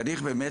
צריך באמת